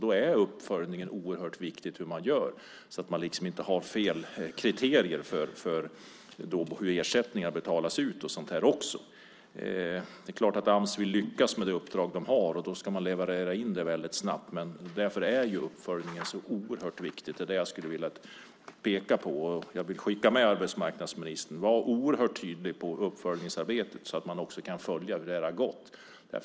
Då är uppföljningen oerhört viktig, så att man inte har fel kriterier när det gäller hur ersättningar betalas ut. Det är klart att Ams vill lyckas med det uppdrag som man har. Då ska man leverera in det väldigt snabbt. Därför är uppföljningen oerhört viktig. Det är det som jag vill peka på. Jag vill skicka med arbetsmarknadsministern följande: Var oerhört tydlig i fråga om uppföljningsarbetet, så att man också kan följa hur det har gått.